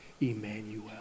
Emmanuel